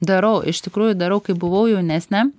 darau iš tikrųjų darau kai buvau jaunesnė